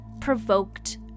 provoked